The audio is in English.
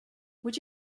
would